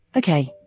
Okay